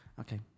Okay